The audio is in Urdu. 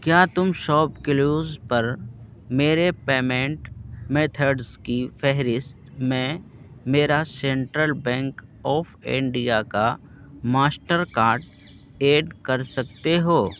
کیا تم شاپ کلیوز پر میرے پیمنٹ میتھڈز کی فہرست میں میرا سینٹرل بینک آف انڈیا کا ماسٹر کارڈ ایڈ کر سکتے ہو